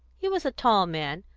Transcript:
he was a tall man,